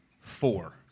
four